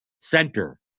Center